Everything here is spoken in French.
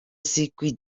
circuit